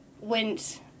went